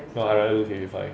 no I rather fifty five